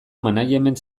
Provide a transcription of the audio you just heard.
management